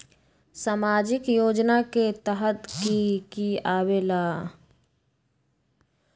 समाजिक योजना के तहद कि की आवे ला?